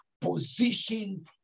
position